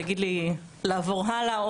להגיד לי לעבור הלאה,